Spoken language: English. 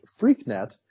freaknet